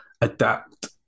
adapt